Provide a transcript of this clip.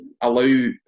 allow